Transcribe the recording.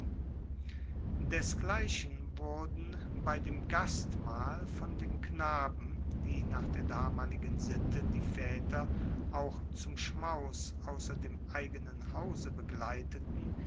desgleichen wurden bei dem gastmahl von den knaben die nach der damaligen sitte die vaeter auch zum schmaus ausser dem eigenen hause begleiteten